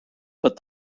but